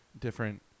different